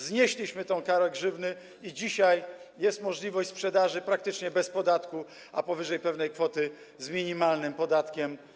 Znieśliśmy tę karę grzywny i dzisiaj jest możliwość sprzedaży praktycznie bez podatku, a powyżej pewnej kwoty z minimalnym podatkiem.